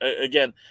again